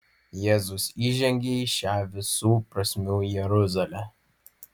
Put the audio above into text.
jėzus įžengia į šią visų prasmių jeruzalę